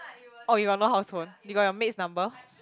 oh you got no house phone you got your maid's number